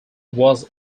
was